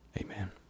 Amen